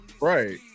right